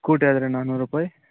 scooty ಆದರೆ ನಾನೂರು ರೂಪಾಯಿ